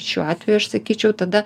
šiuo atveju aš sakyčiau tada